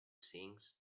sings